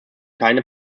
keine